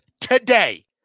today